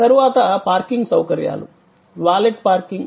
తరువాత పార్కింగ్ సౌకర్యాలు valet parking